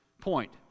point